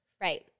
Right